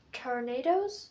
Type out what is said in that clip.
tornadoes